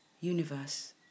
universe